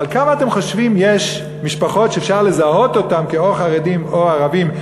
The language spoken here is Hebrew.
אבל כמה משפחות אתם חושבים יש שאפשר לזהות אותן או כחרדים או כערבים,